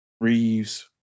Reeves